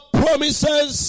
promises